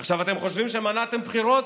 עכשיו, אתם חושבים שמנעתם בחירות?